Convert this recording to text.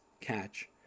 catch